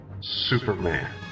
Superman